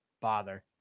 bother